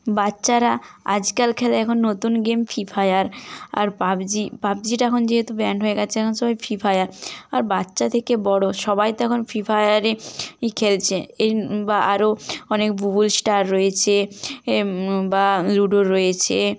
বাচ্চারা আজকাল খেলায় এখন নতুন গেম ফ্রি ফায়ার আর পাবজি পাবজিটা এখন যেহেতু ব্যান হয়ে গিয়েছে এখন সবাই ফ্রি ফায়ার আর বাচ্চা থেকে বড় সবাই তো এখন ফ্রি ফায়ারই খেলছে এই বা আরো অনেক বুবুল স্টার রয়েছে বা লুডো রয়েছে